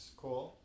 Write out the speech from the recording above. cool